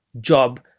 job